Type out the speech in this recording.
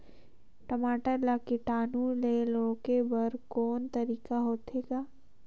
टमाटर ला कीटाणु ले रोके बर को तरीका होथे ग?